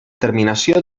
terminació